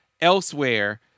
elsewhere